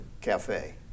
CAFE